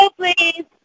please